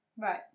Right